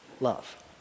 love